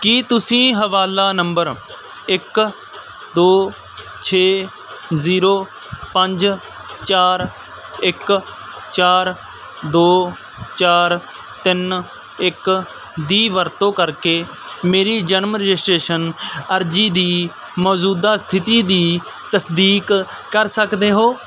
ਕੀ ਤੁਸੀਂ ਹਵਾਲਾ ਨੰਬਰ ਇੱਕ ਦੋ ਛੇ ਜ਼ੀਰੋ ਪੰਜ ਚਾਰ ਇੱਕ ਚਾਰ ਦੋ ਚਾਰ ਤਿੰਨ ਇੱਕ ਦੀ ਵਰਤੋਂ ਕਰਕੇ ਮੇਰੀ ਜਨਮ ਰਜਿਸਟ੍ਰੇਸ਼ਨ ਅਰਜ਼ੀ ਦੀ ਮੌਜੂਦਾ ਸਥਿਤੀ ਦੀ ਤਸਦੀਕ ਕਰ ਸਕਦੇ ਹੋ